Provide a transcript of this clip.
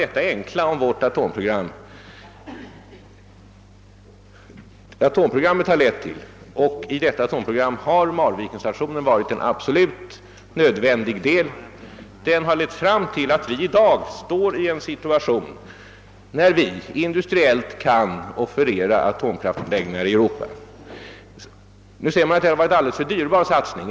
Låt mig bara säga att vårt atomprogram har lett till — och där har Marvikenstationen varit en nödvändighet — att vi i dag befinner oss i en situation, där vi industriellt kan offerera atomkraftanläggningar i Europa. Här sägs att det har varit en alldeles för dyrbar satsning.